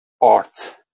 art